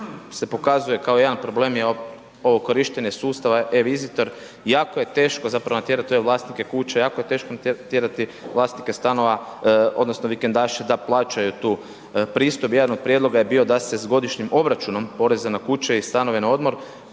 se pokazuje kao jedan problem je ovo korištenje sustava e-vizitor. Jako je teško zapravo natjerati ove vlasnike kuća, jako je teško natjerati vlasnike stanova odnosno vikendaše da plaćaju tu pristojbu. Jedan od prijedloga je bio da se s godišnjim obračunom poreza na kuće i stanove na odmor